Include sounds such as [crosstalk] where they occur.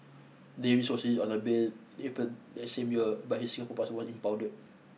Davies was [unintelligible] on bail April that same year but his Singapore passport impounded